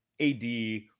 AD